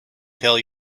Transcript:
tell